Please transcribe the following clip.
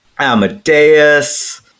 amadeus